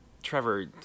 Trevor